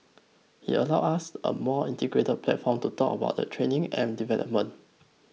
it allows us a more integrated platform to talk about the training and development